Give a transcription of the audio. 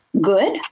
good